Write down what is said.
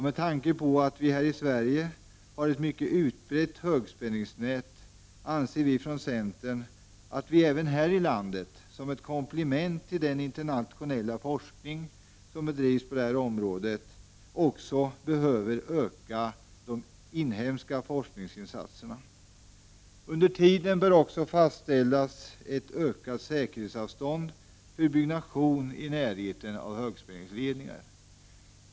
Med tanke på att vi här i Sverige har ett mycket utbrett högspänningsnät, anser vi från centern att man även här i landet som ett komplement till den internationella forskning som bedrivs på detta område också behöver öka de inhemska forskningsinsatserna. Under tiden bör fastställas ett ökat säkerhetsavstånd för byggnation i närheten av högspänningsledningar.